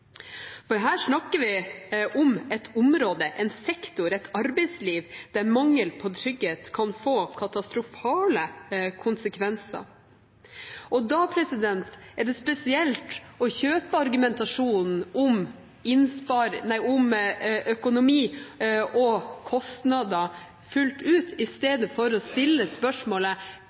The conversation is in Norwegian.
for her snakker vi om et område, en sektor, et arbeidsliv der mangel på trygghet kan få katastrofale konsekvenser. Da er det spesielt å kjøpe argumentasjonen om økonomi og kostnader fullt ut i stedet for å stille spørsmålet: